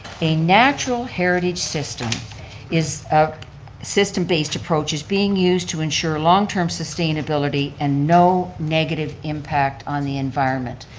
a natural heritage system is a system-based approach is being used to ensure long-term sustainability and no negative impact on the environment.